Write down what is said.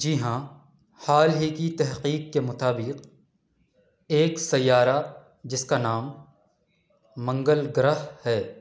جی ہاں حال ہی کی تحقیق کے مطابق ایک سیّارہ جس کا نام منگل گرہ ہے